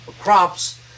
crops